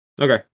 Okay